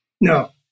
No